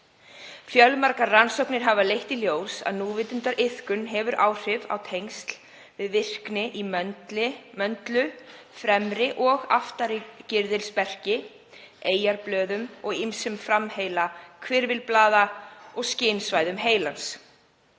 Fjölmargar rannsóknir hafa leitt í ljós að núvitundariðkun hefur áhrif á tengsl við virkni í möndlu, fremri og aftari gyrðilsberki, eyjarblöðum og ýmsum framheila-, hvirfilblaða- og skynsvæðum heilans.